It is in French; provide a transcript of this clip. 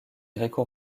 gréco